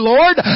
Lord